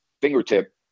fingertip